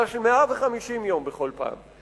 אלא של 150 יום בכל פעם.